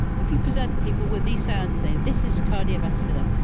if you present people with these sounds, and say, this is cardiovascular,